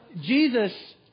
Jesus